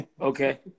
Okay